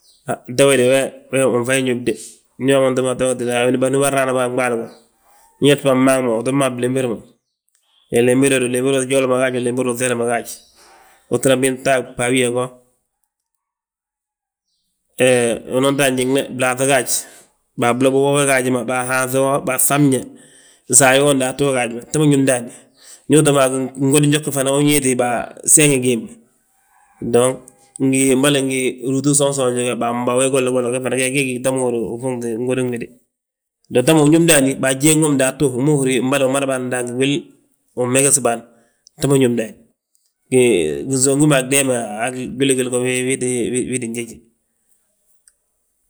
Ta we de, we win fayi ñób de, ndu uyaa ma ta we tida gini bânraana bo an ɓaali go: uyaa maangu ma, utoo mo a blimbir wo, we limbir we ñe húri yaa, limbiri ujooli ma gaaj, limbiri uŧeeli ma gaaj. Utinan bin ta a gbaabiyaa go, he, unan ta a gjiŋne blaaŧi gaaj, baa blob bo gaaji ma, baa haanŧi wo, baa ŧabñe, saayi wo ndaatu we gaaji ma. Ta ma ñób ndaani, ndu uto ga a ngodin jog ge fana, unwéeti baa seŋi géd ma. Dong mboli ngi rúuti usonsoonji ma ge, baa mbawe, golla golla ge, ge fana ge gí, ta ma húrin yaa, ufuuŋti ngodin wéde. Ta ma uñóbi ndaani, baa jéŋ ma bdaatu, wi ma húri yaa mbo wi mada wi mada bâan daange wil, win meges bâan; Ta ma ñób ndaani, he ginsów gima a gdeem, a gwili gwili go, we wii ttin jéji.